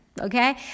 okay